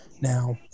Now